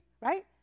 right